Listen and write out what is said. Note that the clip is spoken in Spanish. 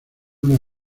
una